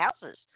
houses